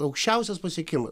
aukščiausias pasiekimas